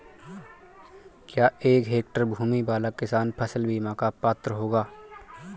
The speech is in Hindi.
क्या एक हेक्टेयर भूमि वाला किसान फसल बीमा का पात्र होगा?